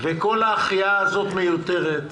וכל ההחייאה הזאת מיותרת.